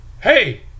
hey